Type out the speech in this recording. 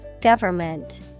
Government